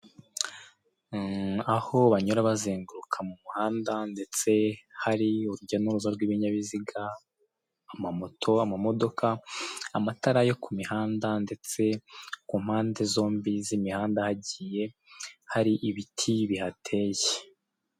Aho banyura bazenguruka mu muhanda ndetse hari urujya n'uruza rw'ibinyabiziga, amamoto, amamodoka, amatara yo ku mihanda, ndetse ku mpande zombi z'imihanda hagiye hari ibiti bihateye.